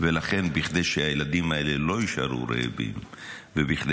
כדי שהילדים האלה לא יישארו רעבים וכדי